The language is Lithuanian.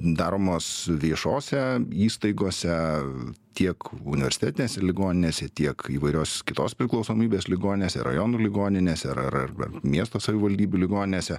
daromos viešose įstaigose tiek universitetinėse ligoninėse tiek įvairios kitos priklausomybės ligoninėse rajonų ligoninėse ar arba miesto savivaldybių ligoninėse